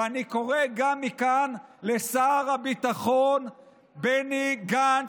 אני קורא גם מכאן לשר הביטחון בני גנץ: